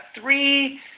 three